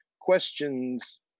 questions